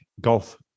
golf